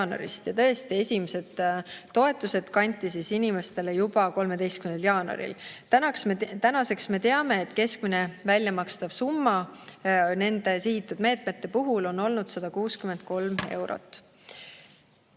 Tõesti, esimesed toetused kanti inimestele juba 13. jaanuaril. Tänaseks me teame, et keskmine väljamakstav summa sihitud meetmete puhul on olnud 163 eurot.